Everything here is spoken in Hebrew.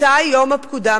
מתי יום הפקודה,